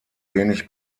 wenig